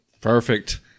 Perfect